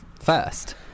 first